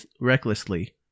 recklessly